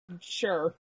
Sure